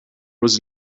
was